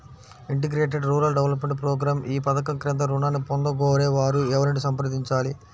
Integrated rural development program ఈ పధకం క్రింద ఋణాన్ని పొందగోరే వారు ఎవరిని సంప్రదించాలి?